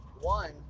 one